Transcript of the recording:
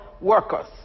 workers